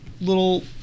little